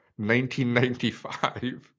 1995